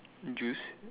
juice